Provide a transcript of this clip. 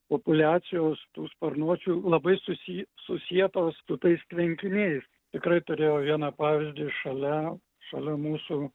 populiacijos tų sparnuočių labai susi susietos su tais tvenkiniais tikrai turėjau vieną pavyzdį šalia šalia mūsų